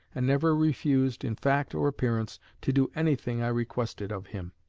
and never refused, in fact or appearance, to do anything i requested of him.